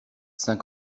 saint